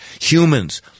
Humans